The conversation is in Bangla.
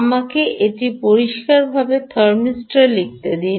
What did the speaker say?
আমাকে এটি পরিষ্কারভাবে থার্মিস্টর লিখতে দিন